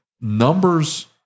numbers